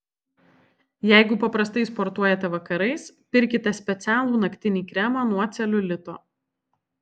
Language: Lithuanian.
jeigu paprastai sportuojate vakarais pirkite specialų naktinį kremą nuo celiulito